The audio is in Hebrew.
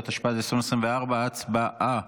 התשפ"ד 2024. הצבעה.